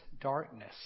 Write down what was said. darkness